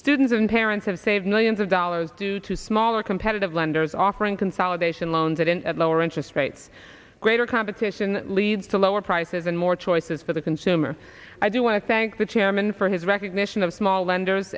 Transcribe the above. students and parents have saved millions of dollars due to smaller competitive lenders offering consolidation loans that at lower interest rates greater competition leads to lower prices and more choices for the consumer i do want to thank the chairman for his recognition of small lenders